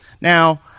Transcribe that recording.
Now